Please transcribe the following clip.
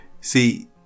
See